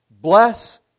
Bless